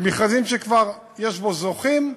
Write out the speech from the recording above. במכרז שכבר יש בו זוכים,